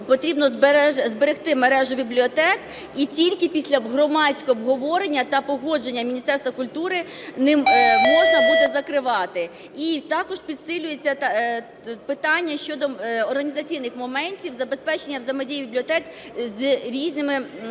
потрібно зберегти мережу бібліотек, і тільки після громадського обговорення та погодження Міністерства культури можна буде закривати. І також підсилюється питання щодо організаційних моментів забезпечення взаємодії бібліотек з різними